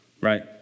right